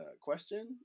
question